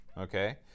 Okay